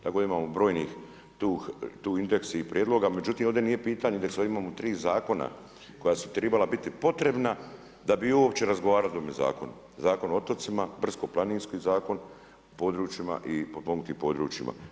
Tako da imamo brojnih tu indeks i prijedloga, međutim ovdje nije pitanje, sad imamo tri zakona koja su tribala biti potrebna da bi uopće razgovarali o ovome zakonu, zakon o otocima, brdskoplaninski zakon područjima i potpomogunutim područjima.